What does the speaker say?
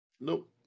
Nope